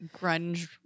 grunge